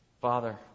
Father